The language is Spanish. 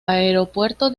aeropuerto